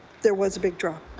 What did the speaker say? there was a big drop.